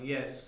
Yes